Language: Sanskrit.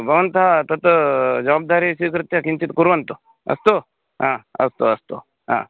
भवन्तः तत् जवाब्दारी स्वीकृत्य किञ्चित् कुर्वन्तु अस्तु हा अस्तु अस्तु हा